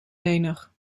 lenig